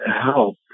help